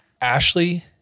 Ashley